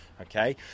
okay